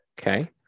Okay